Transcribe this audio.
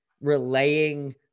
relaying